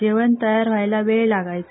जेवण तयार व्हायला वेळ लागायचा